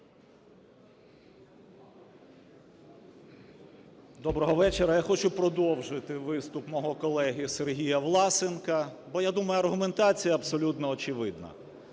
Доброго вечора! Я хочу продовжити виступ мого колеги, Сергія Власенка, бо я думаю, аргументація абсолютно очевидна.